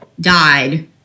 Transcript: died